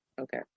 Okay